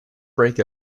break